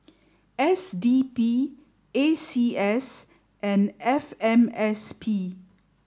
S D P A C S and F M S P